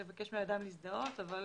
לבקש מאדם להזדהות, אבל